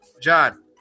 John